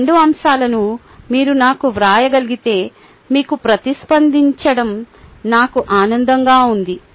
ఈ 2 అంశాలను మీరు నాకు వ్రాయగలిగితే మీకు ప్రతిస్పందించడం నాకు ఆనందంగా ఉంది